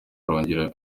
arongera